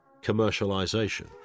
commercialisation